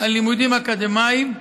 על לימודים אקדמיים,